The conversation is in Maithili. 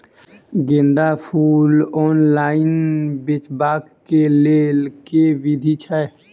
गेंदा फूल ऑनलाइन बेचबाक केँ लेल केँ विधि छैय?